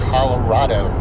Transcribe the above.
Colorado